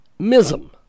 Mism